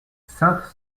sainte